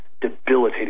debilitating